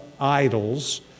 idols